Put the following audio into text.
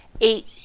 eight